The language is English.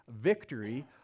victory